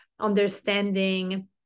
understanding